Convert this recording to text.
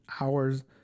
hours